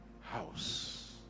house